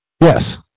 Yes